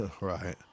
Right